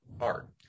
art